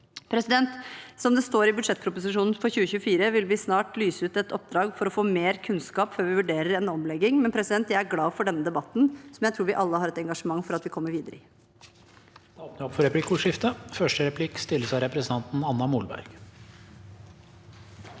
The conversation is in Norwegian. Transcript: uføretrygd. Som det står i budsjettproposisjonen for 2024, vil vi snart lyse ut et oppdrag for å få mer kunnskap før vi vurderer en omlegging, men jeg er glad for denne debatten, som jeg tror vi alle har et engasjement for at vi skal komme oss videre